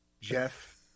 Jeff